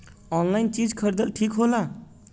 Online चीज खरीदल ठिक होला?